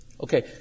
Okay